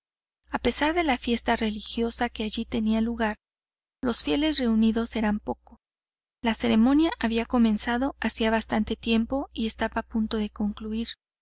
a pesar de la fiesta religiosa que allí tenía lugar los fieles reunidos eran pocos la ceremonia había comenzado hacía bastante tiempo y estaba a punto de concluir